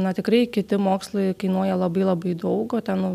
na tikrai kiti mokslai kainuoja labai labai daug o ten